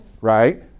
Right